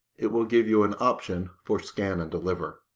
it will give you an option for scan and deliver.